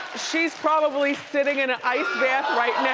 she's probably sitting in a ice bath right